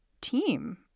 team